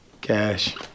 Cash